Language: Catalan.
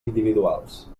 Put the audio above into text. individuals